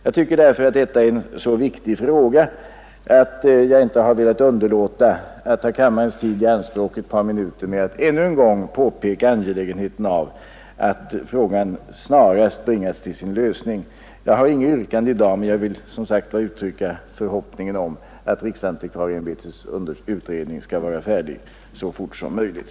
Jag tycker därför att detta är en så viktig fråga att jag inte velat underlåta att ta kammarens tid i anspråk ett par minuter med att ännu en gång påpeka angelägenheten av att frågan snarast bringas till sin lösning. Jag har inget yrkande i dag, men jag vill uttrycka förhoppningen att riksantikvarieämbetets utredning skall bli klar så fort som möjligt.